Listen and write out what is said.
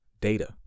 data